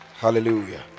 Hallelujah